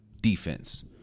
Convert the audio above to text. defense